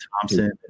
Thompson